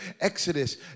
Exodus